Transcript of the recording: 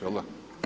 Jel' da?